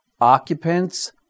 occupants